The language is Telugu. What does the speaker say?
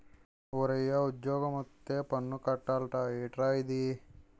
ఓరయ్యా ఉజ్జోగమొత్తే పన్ను కట్టాలట ఏట్రది